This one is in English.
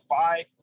five